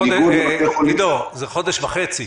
עידו, זה חודש וחצי.